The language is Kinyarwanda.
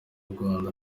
rwanda